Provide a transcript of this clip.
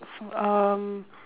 so um